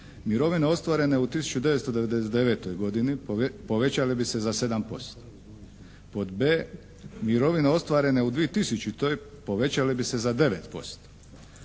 mirovine ostvarene u 1999. godini povećale bi se za 7%. Pod b: mirovine ostvarene u 2000. povećale bi se za 9%.